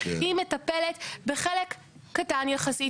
היא מטפלת בחלק קטן יחסית,